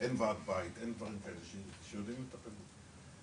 אין ועד בית, אין כאלה שיודעים לטפל בזה.